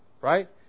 Right